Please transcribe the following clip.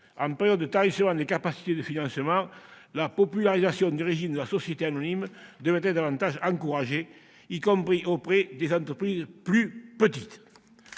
En période de tarissement des capacités de financement, la popularisation du régime de la société anonyme devrait être davantage encouragée, y compris auprès des entreprises plus petites.